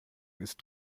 ist